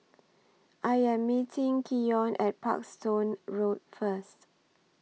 I Am meeting Keyon At Parkstone Road First